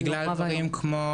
למשל